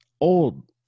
old